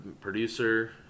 producer